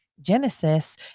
Genesis